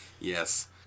yes